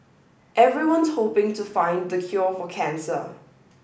everyone's hoping to find the cure for cancer